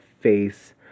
face